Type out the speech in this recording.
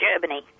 Germany